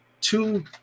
two